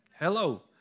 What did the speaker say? Hello